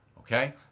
Okay